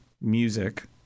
music